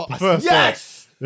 yes